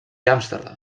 amsterdam